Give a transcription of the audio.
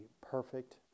perfect